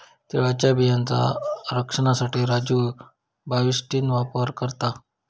तिळाच्या बियांचा रक्षनासाठी राजू बाविस्टीन वापर करता